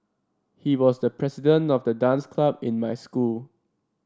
he was the president of the dance club in my school